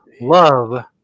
love